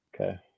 Okay